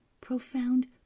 profound